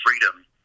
freedom